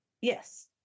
Yes